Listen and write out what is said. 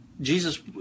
Jesus